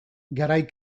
garai